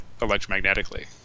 electromagnetically